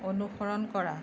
অনুসৰণ কৰা